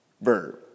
verb